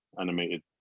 animated